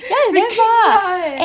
freaking far eh